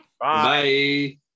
Bye